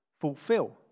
fulfill